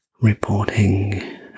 reporting